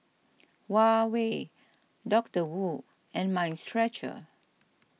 Huawei Doctor Wu and Mind Stretcher